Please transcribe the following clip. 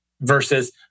versus